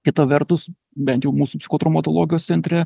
kita vertus bent jau mūsų psichotraumatologijos centre